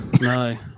no